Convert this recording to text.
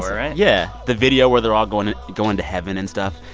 right? yeah the video where they're all going to going to heaven and stuff.